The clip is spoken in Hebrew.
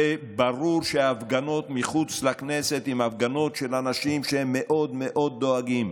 ברור שההפגנות מחוץ לכנסת הן הפגנות של אנשים שהם מאוד מאוד דואגים,